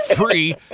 free